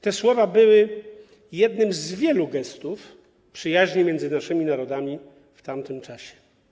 Te słowa były jednym z wielu gestów przyjaźni między naszymi narodami w tamtym czasie.